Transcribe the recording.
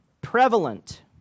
prevalent